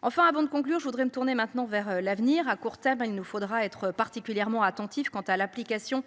enfin avant de conclure, je voudrais me tourner maintenant vers l'avenir à court terme, il nous faudra être particulièrement attentif. Quant à l'application